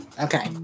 okay